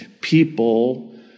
people